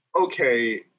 okay